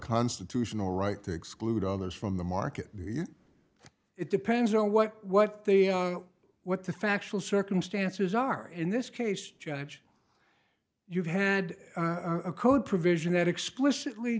constitutional right to exclude others from the market it depends on what what the what the factual circumstances are in this case judge you've had a code provision that explicitly